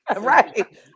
Right